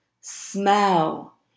smell